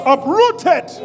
Uprooted